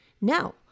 Now